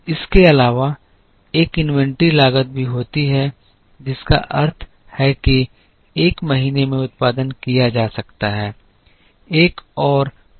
इसके अलावा एक इन्वेंट्री लागत भी होती है जिसका अर्थ है कि एक महीने में उत्पादन किया जा सकता है